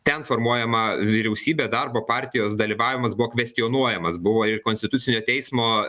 ten formuojama vyriausybė darbo partijos dalyvavimas buvo kvestionuojamas buvo ir konstitucinio teismo